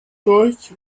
durch